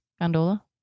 Gondola